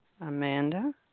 Amanda